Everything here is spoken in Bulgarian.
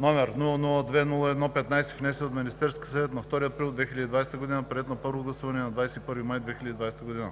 № 002-01-15, внесен от Министерския съвет на 2 април 2020 г., приет на първо гласуване на 21 май 2020 г.